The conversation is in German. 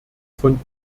von